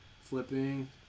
Flipping